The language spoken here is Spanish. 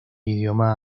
idioma